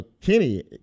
Kenny